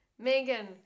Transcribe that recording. megan